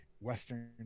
Western